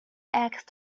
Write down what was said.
asked